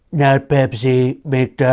not pepsi.